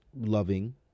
loving